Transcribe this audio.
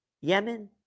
Yemen